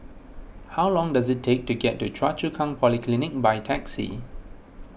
how long does it take to get to Choa Chu Kang Polyclinic by taxi